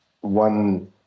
one